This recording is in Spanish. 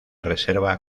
reserva